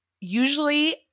usually